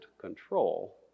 control